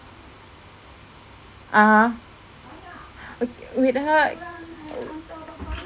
(uh huh) o~ wait ah